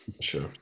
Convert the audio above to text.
Sure